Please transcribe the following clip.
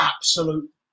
absolute